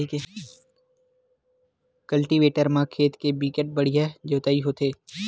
cultivator म खेत के बिकट बड़िहा जोतई होथे